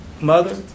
mother